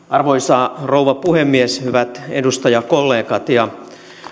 arvoisa rouva puhemies hyvät edustajakollegat ja